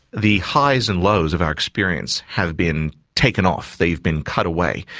the highs and lows of our experience have been taken off, they've been cut away.